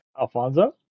Alfonso